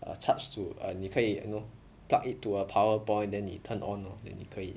err charge to err 你可以 you know plug it to a power point then 你 turn on lor then 你可以